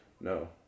No